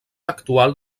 actual